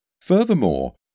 furthermore